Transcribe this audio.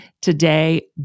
Today